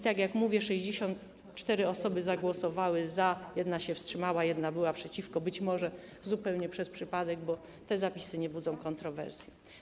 Tak jak mówię, 64 osoby zagłosowały za, 1 się wstrzymała, 1 była przeciwko, być może zupełnie przez przypadek, bo te zapisy nie budzą kontrowersji.